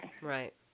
Right